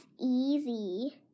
easy